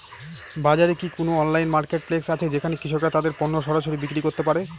বাজারে কি কোন অনলাইন মার্কেটপ্লেস আছে যেখানে কৃষকরা তাদের পণ্য সরাসরি বিক্রি করতে পারে?